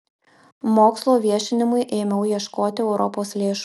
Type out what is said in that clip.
mokslo viešinimui ėmiau ieškoti europos lėšų